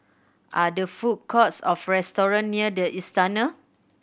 are there food courts or near The Istana